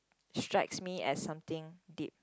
strikes me at something deep